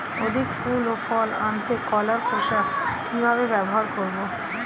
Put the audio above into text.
অধিক ফুল ও ফল আনতে কলার খোসা কিভাবে ব্যবহার করব?